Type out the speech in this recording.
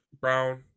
brown